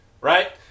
right